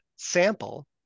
sample